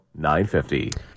950